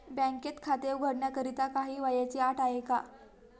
बँकेत खाते उघडण्याकरिता काही वयाची अट आहे का?